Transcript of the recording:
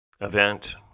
event